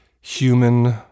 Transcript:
human